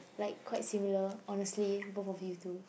like quite similar honestly both of you two